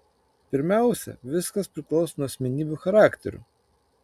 pirmiausia viskas priklauso nuo asmenybių charakterių